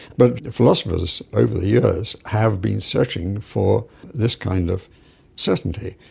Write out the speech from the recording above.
but philosophers over the years have been searching for this kind of certainty.